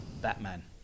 batman